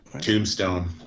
Tombstone